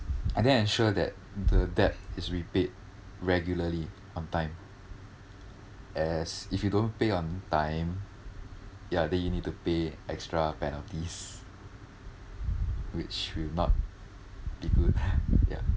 and then ensure that the debt is repaid regularly on time as if you don't pay on time yeah then you need to pay extra penalties which will not be good ya